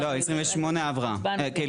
לא, 28 לא עברה.